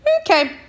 okay